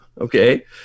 Okay